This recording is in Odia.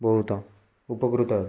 ବହୁତ ଉପକୃତ